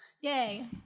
Yay